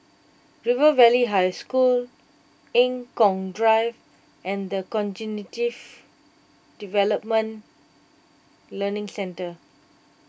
River Valley High School Eng Kong Drive and the Cognitive Development Learning Centre